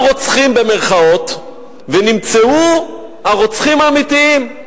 "רוצחים" ונמצאו הרוצחים האמיתיים.